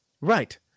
Right